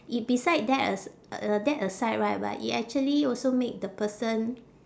i~ beside that as~ uh that aside right but it actually also make the person